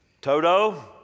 Toto